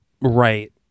right